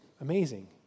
amazing